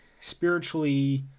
spiritually